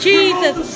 Jesus